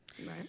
Right